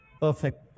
Perfect